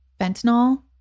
fentanyl